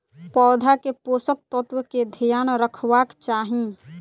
पौधा के पोषक तत्व के ध्यान रखवाक चाही